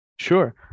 Sure